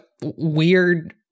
weird